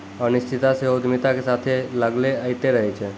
अनिश्चितता सेहो उद्यमिता के साथे लागले अयतें रहै छै